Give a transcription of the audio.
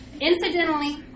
Incidentally